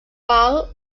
pal